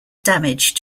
damage